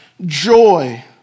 joy